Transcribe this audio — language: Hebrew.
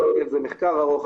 זה מחקר ארוך,